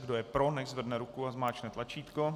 Kdo je pro, nechť zvedne ruku a zmáčkne tlačítko.